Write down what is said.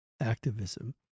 activism